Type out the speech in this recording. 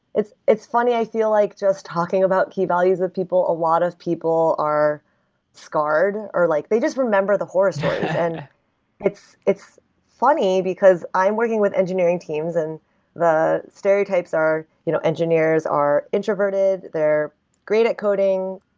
it's it's funny. i feel like just talking about key values with people. a lot of people are scarred, or like they just remember the horse and race. it's funny, because i'm working with engineering teams and the stereotypes are you know engineers are introverted. they're great at coding,